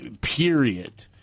period